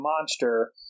monster